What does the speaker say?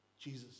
Jesus